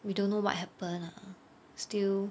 we don't know what happen ah still